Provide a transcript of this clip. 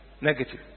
Negative